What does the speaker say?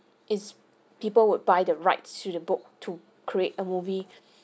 is people would buy the rights to the book to create a movie